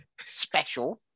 Special